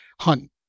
hunt